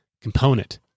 component